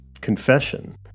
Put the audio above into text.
confession